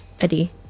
Eddie